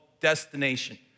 destination